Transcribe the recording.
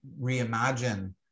reimagine